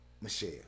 Michelle